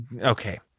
Okay